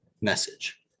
message